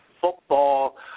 football